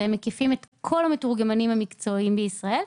מקיפים את כל המתורגמנים המקצועיים בישראל,